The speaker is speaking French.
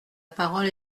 parole